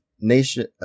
Nation